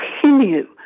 continue